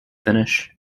finnish